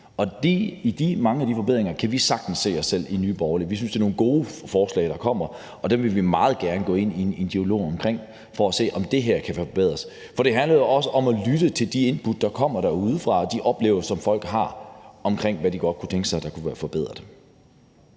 Vi i Nye Borgerlige kan sagtens se os selv i mange af de forbedringer. Vi synes, det er nogle gode forslag, der er kommet, og vi vil meget gerne gå ind i en dialog omkring dem for at se, om det kan forbedres. For det handler jo også om at lytte til de input, der kommer udefra, og til de oplevelser, folk har, i forhold til hvad de godt kunne tænke sig forbedret.